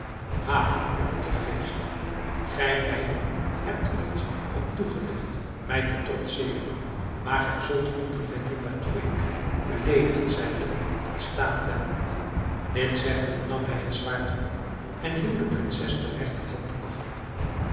ha riep de geest gij beide hebt er het op toegelegd mij te trotseren maar gij zult ondervinden waartoe ik beleedigd zijnde in staat ben dit zeggende nam hij het zwaard op en hieuw de prinses de regterhand af